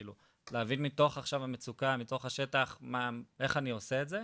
כאילו להבין מתוך המצוקה מתוך השטח איך אני עושה את זה,